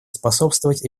способствовать